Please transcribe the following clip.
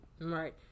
Right